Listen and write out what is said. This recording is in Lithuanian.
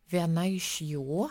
viena iš jų